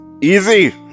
easy